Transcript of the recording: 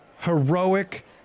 Heroic